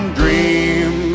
dream